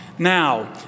Now